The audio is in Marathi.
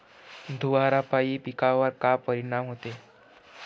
धुवारापाई पिकावर का परीनाम होते?